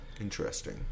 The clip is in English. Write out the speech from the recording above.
Interesting